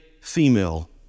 female